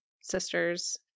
sisters